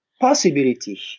possibility